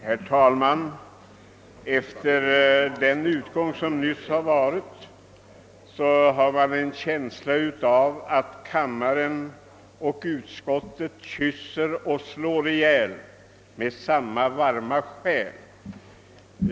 Herr talman! Efter utgången av omröstningen nyss har man en känsla av att kammaren eller utskottet kysser och slår ihjäl med samma varma själ.